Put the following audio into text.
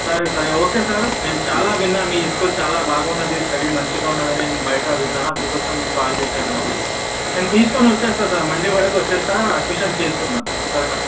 సరే సరే okay sir నేను చాలా విన్నాను మీ స్కూల్ చాలా బాగుంది స్టడీ మంచిగా ఉందని నేను బయట విన్నాను అందుకోసం మీకు కాల్ చేశాను నేను తీసుకుని వచ్చేస్తాను సార్ స్టడీ మండే వరకు వచ్చేస్తాను అడ్మిషన్ చేసుకుందాము సార్ సరేనా